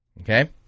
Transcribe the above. okay